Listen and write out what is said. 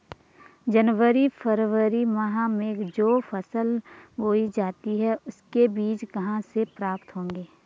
जनवरी फरवरी माह में जो फसल बोई जाती है उसके बीज कहाँ से प्राप्त होंगे?